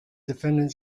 defendant